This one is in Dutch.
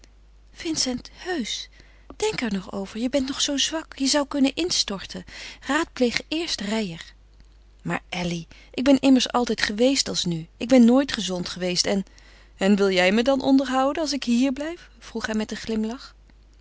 vincent heusch denk er nog over je bent nog zoo zwak je zou kunnen instorten raadpleeg eerst reijer maar elly ik ben immers altijd geweest als nu ik ben nooit gezond geweest en en wil jij me dan onderhouden als ik hier blijf vroeg hij met een glimlach